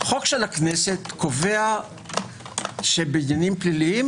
חוק של הכנסת קובע שבדינים פליליים